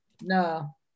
No